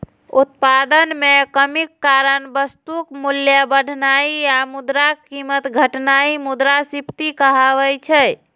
उत्पादन मे कमीक कारण वस्तुक मूल्य बढ़नाय आ मुद्राक कीमत घटनाय मुद्रास्फीति कहाबै छै